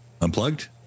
Unplugged